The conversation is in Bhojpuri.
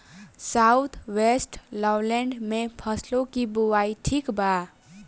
साउथ वेस्टर्न लोलैंड में फसलों की बुवाई ठीक बा?